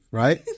right